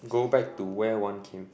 go back to where one came